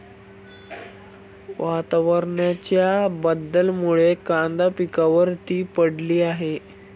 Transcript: वातावरणाच्या बदलामुळे कांदा पिकावर ती पडली आहे